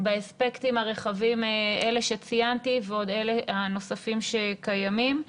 באספקטים הרחבים שציינתי ועוד נוספים שקיימים.